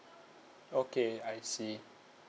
okay I see